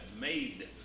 made